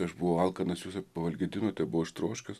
aš buvau alkanas jūs pavalgydinote buvau ištroškęs